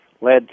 led